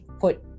put